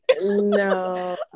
No